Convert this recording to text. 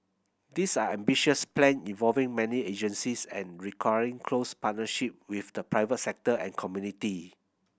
these are ambitious plans involving many agencies and requiring close partnership with the private sector and community